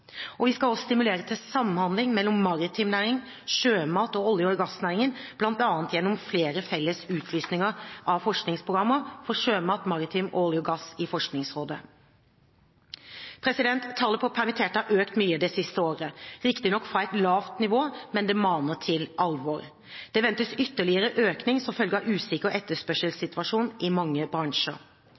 Vi skal også stimulere til samhandling mellom maritim næring, sjømat- og olje- og gassnæringene, bl.a. gjennom flere felles utlysninger av forskningsprogrammer for sjømat, maritim og olje og gass i Forskningsrådet. Tallet på permitterte har økt mye det siste året – riktignok fra et lavt nivå, men det maner til alvor. Det ventes ytterligere økning som følge av usikker etterspørselssituasjon i mange bransjer.